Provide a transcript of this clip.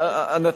אני תיכף,